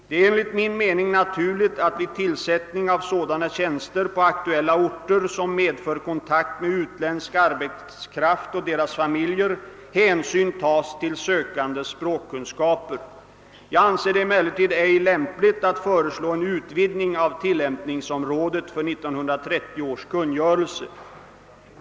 Det är enligt min mening naturligt att vid tillsättning av sådana tjänster på aktuella orter, som medför kontakt med utländsk arbetskraft och deras familjer, hänsyn tas till sökandes språkkunskaper. Jag anser det emellertid icke lämpligt att föreslå en utvidgning av tillämpningsområdet för 1930 års kungörelse.